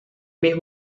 miss